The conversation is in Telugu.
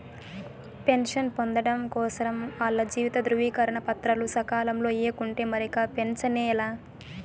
పెన్షన్ పొందడం కోసరం ఆల్ల జీవిత ధృవీకరన పత్రాలు సకాలంల ఇయ్యకుంటే మరిక పెన్సనే లా